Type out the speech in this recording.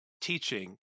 teaching